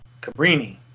Cabrini